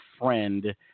friend